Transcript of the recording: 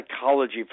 psychology